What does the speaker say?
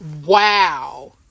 wow